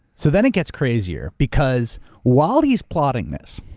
so then it gets crazier, because while he's plotting this,